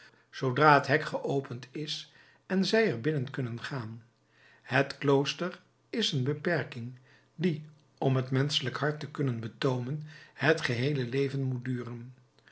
zoodra het hek geopend is en zij er binnen kunnen gaan het klooster is een beperking die om het menschelijk hart te kunnen betoomen het geheele leven moet duren